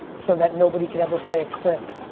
so that nobody can ever play a clip,